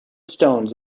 stones